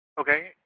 Okay